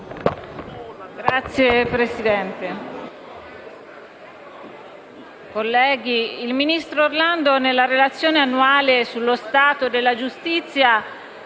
Grazie Presidente.